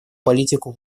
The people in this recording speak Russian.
политику